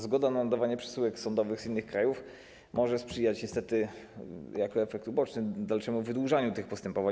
Zgoda na oddawanie przesyłek sądowych z innych krajów może sprzyjać niestety - jako efekt uboczny - dalszemu wydłużaniu tych postępowań.